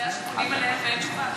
הבעיה, שפונים אליהם ואין תשובה.